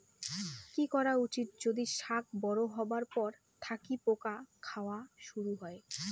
কি করা উচিৎ যদি শাক বড়ো হবার পর থাকি পোকা খাওয়া শুরু হয়?